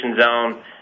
zone